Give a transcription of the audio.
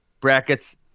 brackets